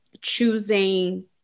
choosing